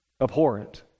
Abhorrent